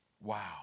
Wow